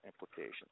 implications